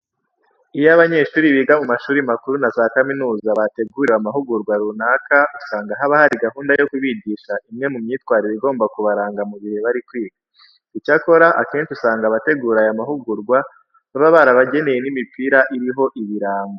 Iyo abanyeshuri biga mu mashuri makuru na za kaminuza bateguriwe amahugurwa runaka, usanga haba hari gahunda yo kubigisha imwe mu myitwarire igomba kubaranga mu gihe bari kwiga. Icyakora akenshi usanga abategura aya mahugurwa baba barabageneye n'imipira iriho ibirango.